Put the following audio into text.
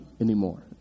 anymore